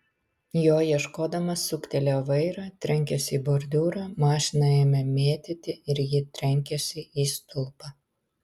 jo ieškodamas suktelėjo vairą trenkėsi į bordiūrą mašiną ėmė mėtyti ir ji trenkėsi į stulpą